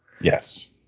Yes